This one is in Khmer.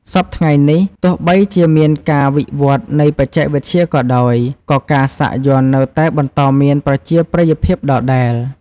សព្វថ្ងៃនេះ ទោះបីជាមានការវិវឌ្ឍន៍នៃបច្ចេកវិទ្យាក៏ដោយ ក៏ការសាក់យ័ន្តនៅតែបន្តមានប្រជាប្រិយភាពដដែល។